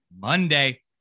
Monday